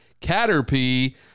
Caterpie